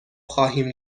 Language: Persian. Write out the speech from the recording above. خواهیم